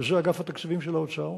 וזה אגף התקציבים של האוצר,